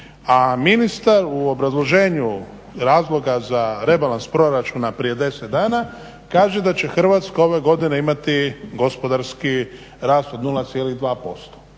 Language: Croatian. a ministar u obrazloženju razloga za rebalans proračuna prije 10 dana kaže da će Hrvatska ove godine imati gospodarski rast od 0,2%.